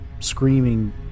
Screaming